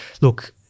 look